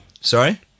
Sorry